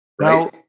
Now